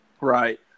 Right